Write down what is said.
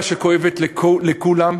בעיית הדיור במדינת ישראל היא בעיה שכואבת לכולם,